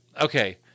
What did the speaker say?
Okay